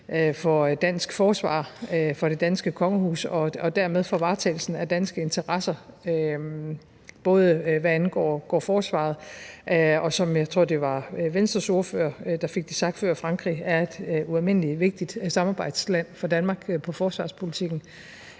for dansk forsvar, for det danske kongehus og dermed for varetagelsen af danske interesser, både hvad angår forsvaret, og som jeg tror det var Venstres ordfører der fik sagt før: Frankrig er et ualmindelig vigtigt samarbejdsland for Danmark inden for forsvarspolitikken,